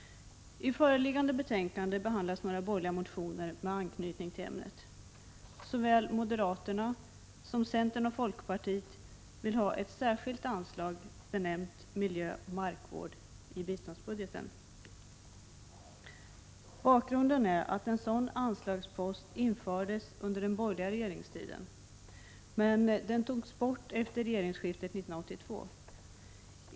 I föreliggande betänkande behandlas några borgerliga motioner med anknytning till ämnet. Såväl moderaterna som centern och folkpartiet vill ha ett särskilt anslag i biståndsbudgeten, benämnt Miljö, markvård och energi. Bakgrunden är att en sådan anslagspost infördes under den borgerliga regeringstiden men togs bort efter regeringsskiftet 1982.